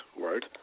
word